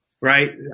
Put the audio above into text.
right